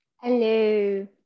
Hello